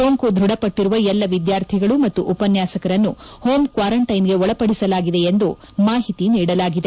ಸೋಂಕು ದೃಢಪಟ್ಟರುವ ಎಲ್ಲ ವಿದ್ವಾರ್ಥಿಗಳು ಮತ್ತು ಉಪನ್ವಾಸಕರನ್ನು ಹೋಂ ಕ್ವಾರಂಟೈನ್ ಗೆ ಒಳಪಡಿಸಲಾಗಿದೆ ಎಂದು ಮಾಹಿತಿ ನೀಡಲಾಗಿದೆ